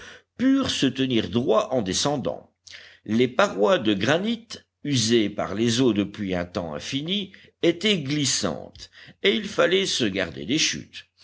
purent se tenir droit en descendant les parois de granit usées par les eaux depuis un temps infini étaient glissantes et il fallait se garder des chutes